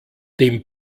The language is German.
dem